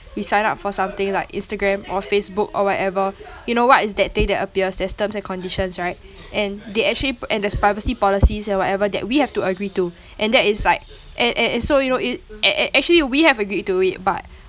we sign up for something like instagram or facebook or whatever you know what is that thing that appears there's terms and conditions right and they actually p~ and there's privacy policies and whatever that we have to agree to and that is like and and and so you know it and and actually we have agreed to it but